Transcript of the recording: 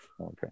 Okay